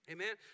Amen